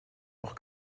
auch